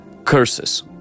curses